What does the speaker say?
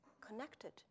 connected